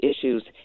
issues